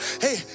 Hey